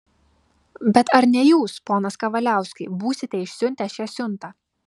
bet ar ne jūs ponas kavaliauskai būsite išsiuntę šią siuntą